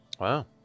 Wow